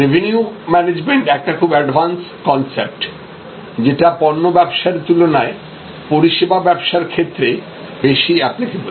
revenue management একটা খুব advance concept যেটা পন্য ব্যবসার তুলনায় পরিষেবা ব্যবসার ক্ষেত্রে বেশি অ্যাপ্লিকেবল